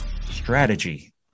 Strategy